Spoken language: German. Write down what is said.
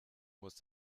muss